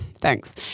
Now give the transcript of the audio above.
Thanks